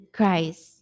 Christ